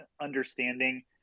understanding